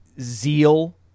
zeal